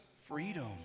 freedom